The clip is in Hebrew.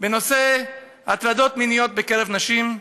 בנושא הטרדות מיניות בקרב נשים.